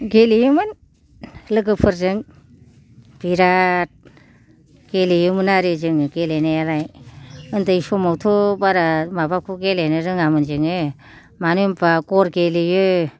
गेलेयोमोन लोगोफोरजों बिराद गेलेयोमोन आरो जोङो गेलेनायालाय उन्दै समावथ' बारा माबाखौ गेलेनो रोङामोन जोङो मानो होनबा गर गेलेयो